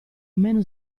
meno